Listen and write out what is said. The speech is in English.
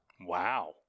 Wow